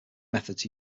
methods